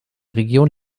region